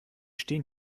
stehen